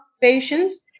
patients